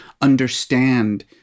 understand